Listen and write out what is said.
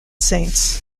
saints